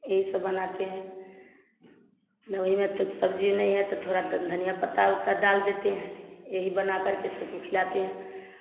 यही सब बनाते हैं दवी में कुछ सब्जी नहीं है तो थोड़ा धनिया पत्ता वत्ता डाल देते हैं यही बनाकर सबको खिलाते हैं